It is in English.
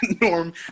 Norm